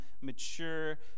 mature